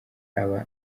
aba